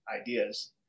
ideas